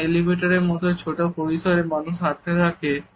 যখন এলিভেটরের মতন ছোট পরিসরে মানুষ আটকে থাকে